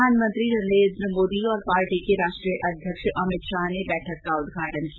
प्रधानमंत्री नरेन्द्र मोदी और पार्टी के राष्ट्रीय अध्यक्ष अमित शाह ने बैठक का उद्घाटन किया